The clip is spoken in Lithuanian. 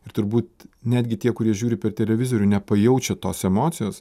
ir turbūt netgi tie kurie žiūri per televizorių nepajaučia tos emocijos